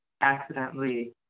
accidentally